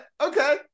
Okay